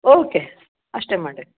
okay ಅಷ್ಟೆ ಮಾಡಿರಿ